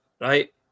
right